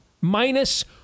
minus